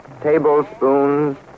tablespoons